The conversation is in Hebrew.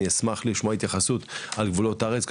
אני אשמח לשמוע התייחסות על גבולות הארץ,